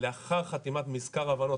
לאחר חתימת מזכר הבנות,